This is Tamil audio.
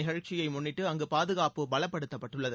நிகழ்ச்சயை முன்னிட்டு அங்கு பாதுகாப்பு பலப்படுத்தப்பட்டுள்ளது